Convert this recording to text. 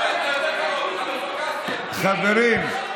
ומבלי שיישאו בתוצאה המתוארת בסעיף 6א לחוק-היסוד.